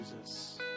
Jesus